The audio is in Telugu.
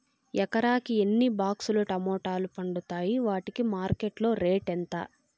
ఎకరాకి ఎన్ని బాక్స్ లు టమోటాలు పండుతాయి వాటికి మార్కెట్లో రేటు ఎంత?